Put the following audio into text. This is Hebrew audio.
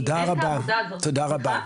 תודה רבה.